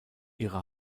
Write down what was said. ihre